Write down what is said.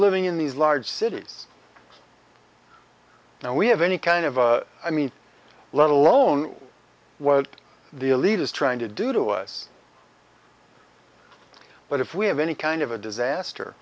living in these large cities now we have any kind of i mean let alone what the elite is trying to do to us but if we have any kind of a disaster